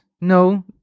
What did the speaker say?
no